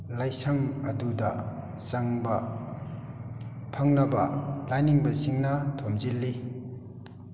ꯂꯥꯏꯁꯪ ꯑꯗꯨꯗ ꯆꯪꯕ ꯐꯪꯅꯕ ꯂꯥꯏꯅꯤꯡꯕꯁꯤꯡꯅ ꯊꯣꯝꯖꯤꯜꯂꯤ